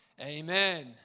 Amen